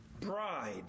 bride